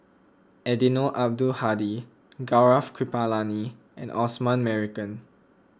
Eddino Abdul Hadi Gaurav Kripalani and Osman Merican